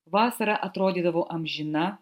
vasara atrodydavo amžina